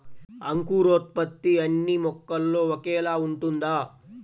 అంకురోత్పత్తి అన్నీ మొక్కల్లో ఒకేలా ఉంటుందా?